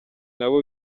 nabo